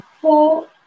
four